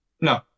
No